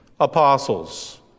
apostles